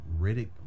Riddick